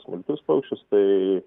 smulkius paukščius tai